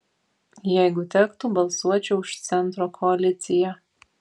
jeigu tektų balsuočiau už centro koaliciją